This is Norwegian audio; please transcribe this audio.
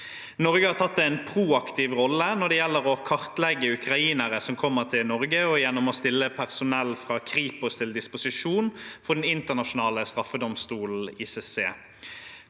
Norge har tatt en proaktiv rolle når det gjelder å kartlegge ukrainere som kommer til Norge og gjennom å stille personell fra Kripos til disposisjon for Den internasjonale straffedomstolen (ICC).